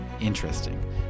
interesting